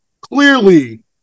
clearly